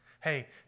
hey